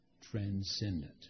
transcendent